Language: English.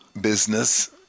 business